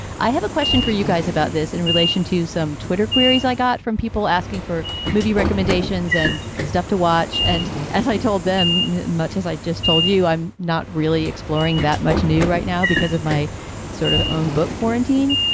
i have a question for you guys about this in relation to some twitter queries i got from people asking for movie recommendations and stuff to watch. and as i told them, much as i just told you, i'm not really exploring that much new right now because of my sort of own book, quarantine.